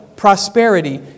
Prosperity